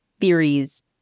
theories